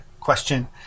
question